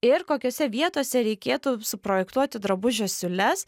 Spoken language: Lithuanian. ir kokiose vietose reikėtų suprojektuoti drabužių siūles